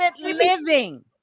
living